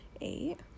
Eight